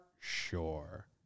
Sure